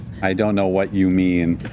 i don't know what you mean.